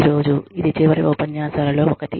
ఈ రోజు ఇది చివరి ఉపన్యాసాలలో ఒకటి